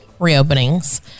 reopenings